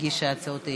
שהגישה הצעות אי-אמון.